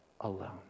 alone